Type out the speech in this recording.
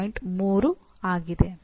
3 ಆಗಿದೆ